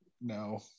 No